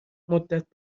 مدت